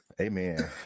Amen